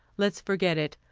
let's forget it.